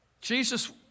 Jesus